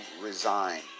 resign